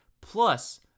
Plus